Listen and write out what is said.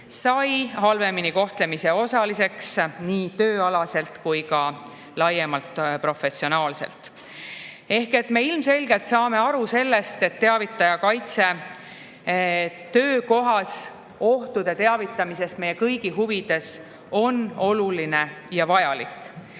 sai halvema kohtlemise osaliseks nii tööalaselt kui ka laiemalt professionaalselt. Ehk me ilmselgelt saame aru sellest, et teavitajakaitse töökohas ohtudest teavitamiseks on meie kõigi huvides, oluline ja vajalik.